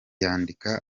yandika